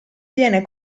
viene